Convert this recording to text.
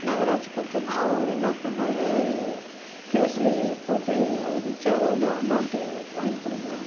நகராட்சிக்கு கொடுத்தோனே அவர் என்ன பண்ணார் கேஸு போட்டு அவருக்கு சேரவேண்டிய அமௌண்ட்டு வாங்கிக் கொடுங்க